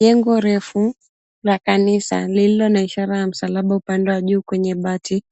Jengo refu la kanisa lililo na ishara ya msalaba upande wa juu kwenye bati,